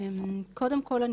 קודם כל,